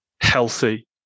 healthy